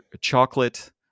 chocolate